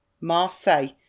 Marseille